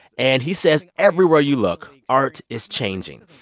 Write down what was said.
and he says, everywhere you look, art is changing,